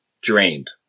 drained